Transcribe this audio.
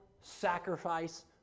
sacrifice